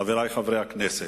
חברי חברי הכנסת,